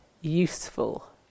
useful